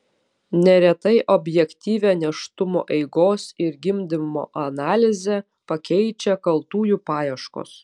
neretai objektyvią nėštumo eigos ir gimdymo analizę pakeičia kaltųjų paieškos